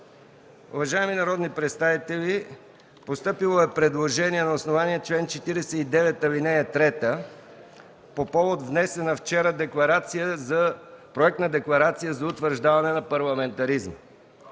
Уважаеми народни представители, постъпило е предложение на основание чл. 49, ал. 3 по повод внесен вчера Проект на декларация за утвърждаване на парламентаризма.